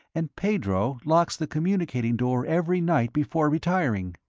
and pedro locks the communicating door every night before retiring.